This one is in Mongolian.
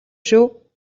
шүү